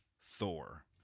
Thor